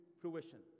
fruition